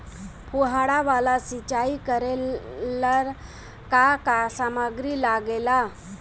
फ़ुहारा वाला सिचाई करे लर का का समाग्री लागे ला?